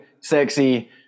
sexy